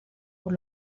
por